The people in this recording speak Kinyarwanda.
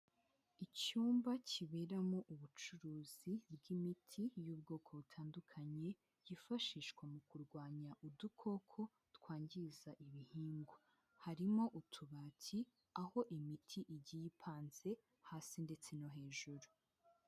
Icyumba kiberamo ubucuruzi bw'imiti y'ubwoko butandukanye, yifashishwa mu kurwanya udukoko twangiza ibihingwa, harimo utubati, aho imiti igiye ipanze hasi ndetse no hejuru.